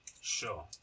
sure